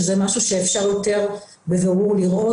שזה משהו שאפשר יותר בבירור לראות,